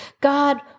God